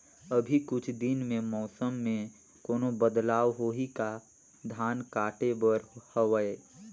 अभी कुछ दिन मे मौसम मे कोनो बदलाव होही का? धान काटे बर हवय?